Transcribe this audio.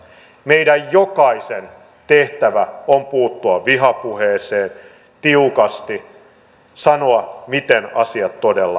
meidän jokaisen tehtävä on puuttua vihapuheeseen tiukasti sanoa miten asiat todella ovat